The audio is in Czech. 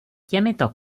těmito